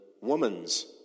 woman's